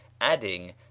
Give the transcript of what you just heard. adding